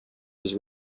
was